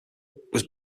was